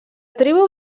tribu